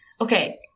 Okay